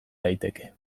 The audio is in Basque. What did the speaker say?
daiteke